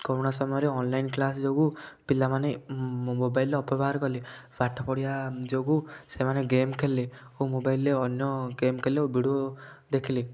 କରୁଣା ସମୟରେ online class ଯୋଗୁ ପିଲାମାନେ ମୋ ମୋବାଇଲ୍ର ଅପବ୍ୟବହାର କଲେ ପାଠ ପଢ଼ିବା ଯୋଗୁ ସେମାନେ ଗେମ୍ ଖେଳିଲେ ଓ ମୋବାଇଲ୍ରେ ଅନ୍ୟ ଗେମ୍ ଖେଳିଲେ ଓ ଭିଡ଼ିଓ ଦେଖିଲେ